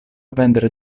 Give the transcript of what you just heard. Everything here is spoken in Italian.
vendere